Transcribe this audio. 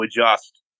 adjust